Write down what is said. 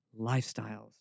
lifestyles